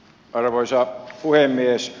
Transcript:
arvoisa puhemies